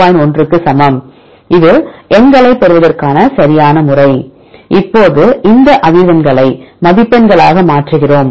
1 க்கு சமம் இது எண்களைப் பெறுவதற்கான சரியான முறை எனவே இப்போது இந்த அதிர்வெண்களை மதிப்பெண்களாக மாற்றுகிறோம்